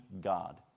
God